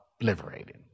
obliterated